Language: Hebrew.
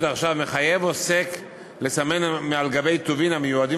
עכשיו מחייב עוסק לסמן על גבי טובין המיועדים